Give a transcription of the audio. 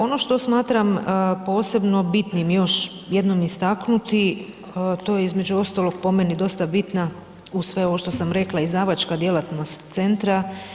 Ono što smatram posebno bitnim još jednom istaknuti to je između ostalog po meni dosta bitna, uz sve ovo što sam rekla izdavačka djelatnost centra.